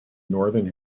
northern